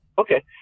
okay